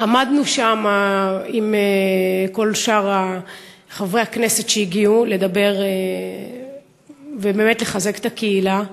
עמדנו שם עם כל שאר חברי הכנסת שהגיעו לדבר ובאמת לחזק את הקהילה,